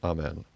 Amen